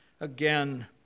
Again